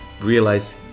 realize